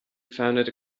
founded